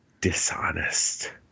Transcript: Dishonest